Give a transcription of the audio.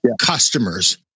customers